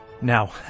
Now